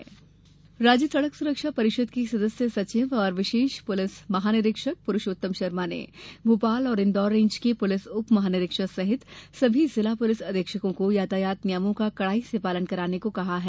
यातायात नियम राज्य सड़क सुरक्षा परिषद के सदस्य सचिव और विशेष पुलिस महानिदेशक पुरुषोत्तम शर्मा ने भोपाल और इंदौर रेंज के पुलिस उप महानिरीक्षक सहित सभी जिला पुलिस अधीक्षकों को यातायात नियमों का कड़ाई से पालन कराने को कहा है